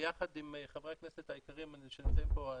וביחד עם חברי הכנסת היקרים שנמצאים פה,